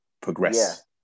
progress